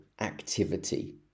activity